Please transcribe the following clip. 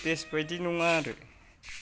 देस बायदि नङा आरो